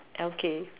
okay